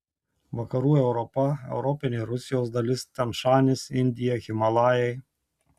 vakarų europa europinė rusijos dalis tian šanis indija himalajai